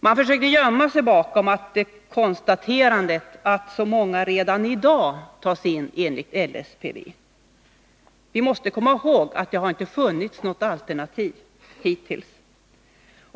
Man försökte gömma sig bakom konstaterandet att så många människor redan i dag tas in enligt LSPV. Men vi måste komma ihåg att det hittills inte har funnits något alternativ.